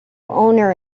owner